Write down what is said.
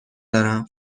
دارم